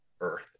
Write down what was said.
earth